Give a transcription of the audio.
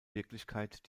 wirklichkeit